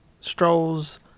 Stroll's